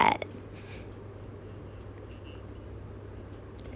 what